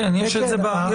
כן, יש את זה במצגת.